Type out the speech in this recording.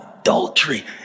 adultery